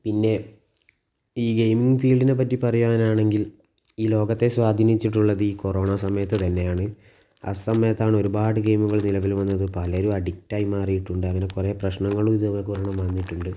പിന്നെ ഈ ഗെയിമിങ് ഫീൽഡിനെ പറ്റി പറയുവാനാണെങ്കിൽ ഈ ലോകത്തെ സ്വാധീനിച്ചിട്ടുള്ളത് ഈ കൊറോണ സമയത്ത് തന്നെയാണ് ആ സമയത്താണ് ഒരുപാട് ഗെയിമുകൾ നിലവിൽ വന്നത് പലരും അഡിക്റ്റായി മാറിയിട്ടുണ്ടങ്ങനെ കുറെ പ്രശ്നങ്ങളും ഞങ്ങൾക്കങ്ങനെ വന്നിട്ടുണ്ട്